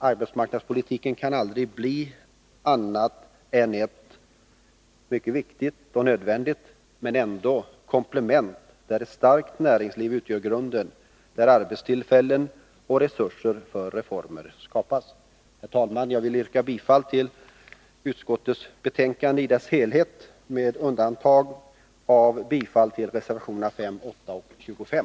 Arbetsmarknadspolitiken kan aldrig bli annat än ett — mycket viktigt och nödvändigt — komplement, där ett starkt näringsliv utgör grunden, där arbetstillfällen och resurser för reformer skapas. Herr talman! Jag yrkar bifall till utskottets hemställan i dess helhet med undantag för mom. 8, 20 och 68 där jag yrkar bifall till reservationerna 5, 8 och 25.